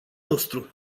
nostru